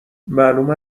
معلوم